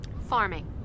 Farming